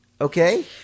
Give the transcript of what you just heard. okay